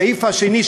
הסעיף השני,